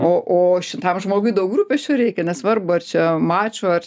o o šitam žmogui daug rūpesčių reikia nesvarbu ar čia mačo ar